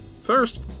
First